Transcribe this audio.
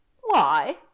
Why